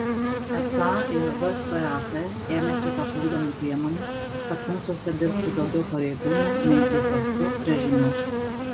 esą ir vsat ėmėsi papildomų priemonių kad punktuose dirbtų daugiau pareigūnų nei įprastu režimu